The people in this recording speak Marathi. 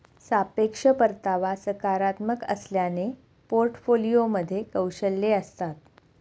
सापेक्ष परतावा सकारात्मक असल्याने पोर्टफोलिओमध्ये कौशल्ये असतात